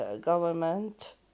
government